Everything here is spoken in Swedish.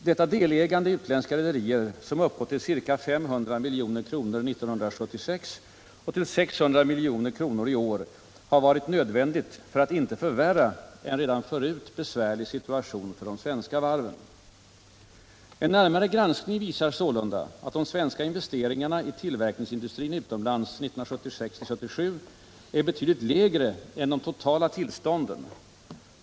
Detta delägande i utländska rederier, som uppgått till ca 500 milj.kr. 1976 och till 600 milj.kr. i år, har varit nödvändigt för att inte förvärra en redan förut besvärlig situation för de svenska varven. En närmare granskning visar sålunda att de svenska investeringarna i tillverkningsindustrin utomlands 1976-1977 är betydligt lägre än de totala tillstånden.